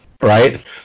right